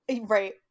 Right